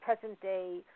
present-day